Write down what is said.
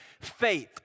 faith